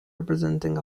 representing